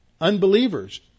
unbelievers